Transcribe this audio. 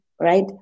right